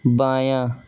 بایاں